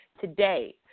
today